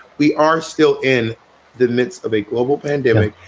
we are still in the midst of a global pandemic.